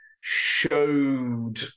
showed